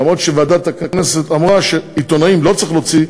למרות שוועדת הכנסת אמרה שעיתונאים לא צריך להוציא,